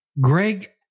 Greg